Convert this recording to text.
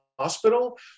hospital